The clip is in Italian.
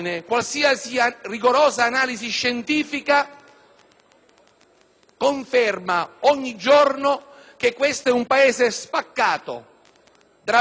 conferma ogni giorno che questo è un Paese spaccato, drammaticamente lacerato, in tutti gli indicatori,